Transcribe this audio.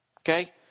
Okay